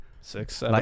six